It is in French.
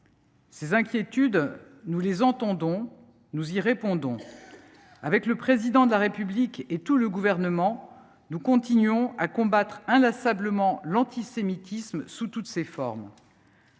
dans notre pays. Nous les entendons et nous y répondons. Avec le Président de la République et tout le Gouvernement, nous continuons à combattre inlassablement l’antisémitisme sous toutes ses formes.